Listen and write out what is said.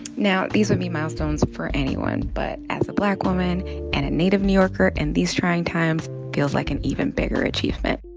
now, these would be milestones for anyone. but as a black woman and native new yorker in these trying times feels like an even bigger achievement.